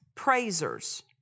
praisers